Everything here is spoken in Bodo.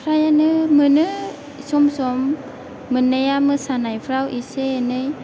फ्रायानो मोनो सम सम मोननाया मोसानायफ्राव एसे एनै